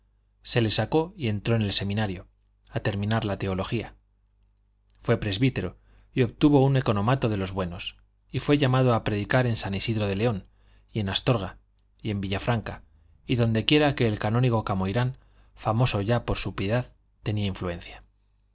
se le sacó y entró en el seminario a terminar la teología fue presbítero y obtuvo un economato de los buenos y fue llamado a predicar en san isidro de león y en astorga y en villafranca y donde quiera que el canónigo camoirán famoso ya por su piedad tenía influencia